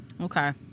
Okay